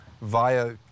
via